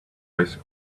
ice